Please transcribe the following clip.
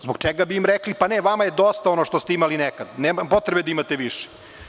Zbog čega bi im rekli – pa ne, vama je dosta ono što ste imali nekad, nema potrebe da imate više?